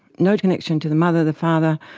no connection to the mother, the father,